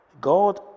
God